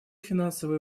финансовые